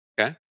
Okay